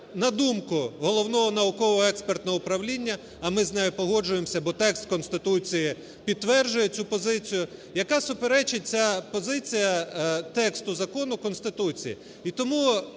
на думку Головного науково-експертного управління, а ми з нею погоджуємось, бо текст Конституції підтверджує цю позицію, яка суперечить, ця позиція тексту закону Конституції.